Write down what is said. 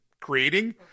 creating